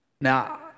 Now